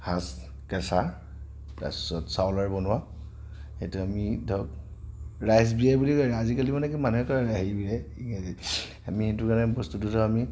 সাজ কেঁচা তাৰ পিছত চাউলেৰে বনোৱা সেইটো আমি ধৰক ৰাইচ বিয়েৰ বুলি কয় আজিকালি মানে মানুহে কয় হেৰি আমি সেইটো মানে বস্তুটো মানে